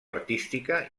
artística